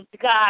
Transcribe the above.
God